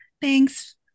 Thanks